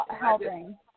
helping